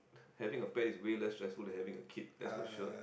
having a pet is way less stressful than having a kid that's for sure